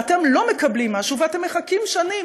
ואתם לא מקבלים משהו ואתם מחכים שנים